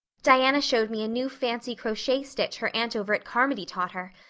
diana showed me a new fancy crochet stitch her aunt over at carmody taught her.